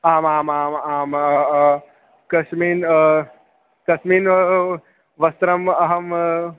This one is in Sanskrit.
आमामाम् आम् कस्मिन् कस्मिन् वस्त्रे अहम्